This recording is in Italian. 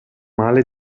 male